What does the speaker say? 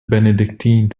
benedictine